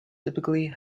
typically